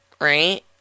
right